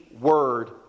word